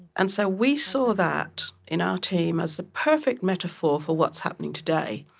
and so we saw that in our team as the perfect metaphor for what's happening today.